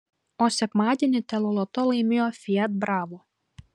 o sekmadienį teleloto laimėjo fiat bravo